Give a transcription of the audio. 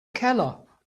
keller